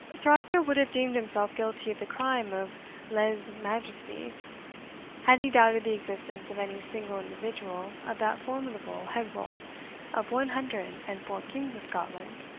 sir arthur would have deemed himself guilty of the crime of leze-majesty had he doubted the existence of any single individual of that formidable head-roll of one hundred and four kings of scotland,